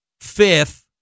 fifth